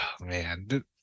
man